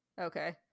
Okay